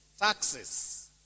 Taxes